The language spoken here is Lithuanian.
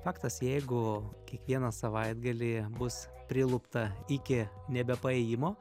faktas jeigu kiekvieną savaitgalį bus prilupta iki nebepaėjimo